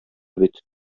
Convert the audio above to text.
бит